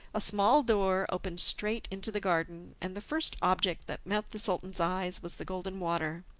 a small door opened straight into the garden, and the first object that met the sultan's eyes was the golden water.